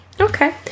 Okay